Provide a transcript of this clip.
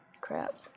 Crap